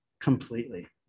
completely